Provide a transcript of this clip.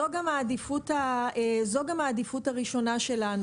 זו גם העדיפות הראשונה שלנו.